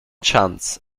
chance